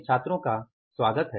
छात्रों का स्वागत है